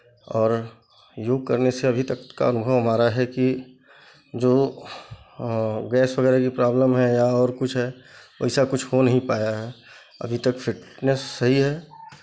और योग करने से अभी तक का अनुभव हमारा है की जो गैस वगैरह की प्रॉब्लेम है या और कुछ है वैसा कुछ हो नहीं पाया है अभी तक फिटनेस सही है